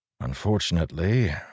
Unfortunately